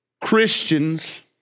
Christians